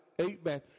amen